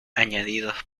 añadidos